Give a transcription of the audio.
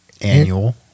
Annual